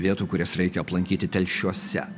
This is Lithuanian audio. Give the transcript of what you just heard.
vietų kurias reikia aplankyti telšiuose